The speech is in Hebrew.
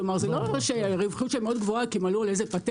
כלומר זה לא שהרווחיות שלהם מאוד גבוהה כי הם עלו על איזה פטנט,